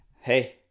Hey